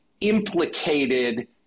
implicated